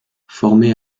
formé